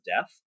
death